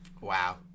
wow